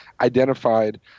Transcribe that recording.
identified